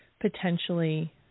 potentially